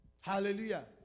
Hallelujah